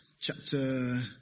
chapter